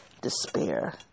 despair